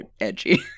edgy